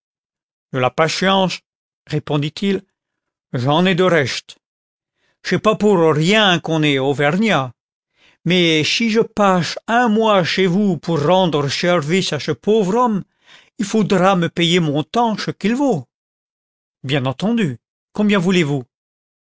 la paclnenche répondit-il j'en ai je rechte ch'est pas pour rien qu'on est oubergnat mais chi je pâche un mois chez vous pour rendre cherviche à che pauvre homme il faudra me payer mon temps che qu'il vaut bien entendu combien voulez-vous